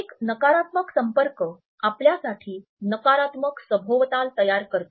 एक नकारात्मक संपर्क आपल्यासाठी नकारात्मक सभोवताल तयार करतो